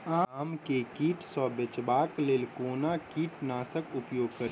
आम केँ कीट सऽ बचेबाक लेल कोना कीट नाशक उपयोग करि?